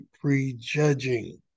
prejudging